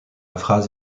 phrase